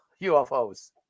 UFOs